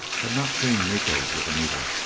had not seen miko with anita.